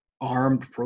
armed